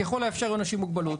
ככל האפשר אנשים עם מוגבלות.